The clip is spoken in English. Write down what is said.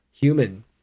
human